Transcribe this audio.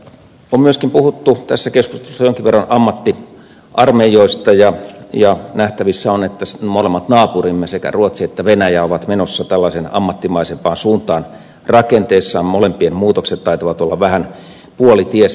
on myöskin puhuttu tässä keskustelussa jonkin verran ammattiarmeijoista ja nähtävissä on että molemmat naapurimme sekä ruotsi että venäjä ovat menossa tällaiseen ammattimaisempaan suuntaan rakenteessaan molempien muutokset taitavat olla vähän puolitiessä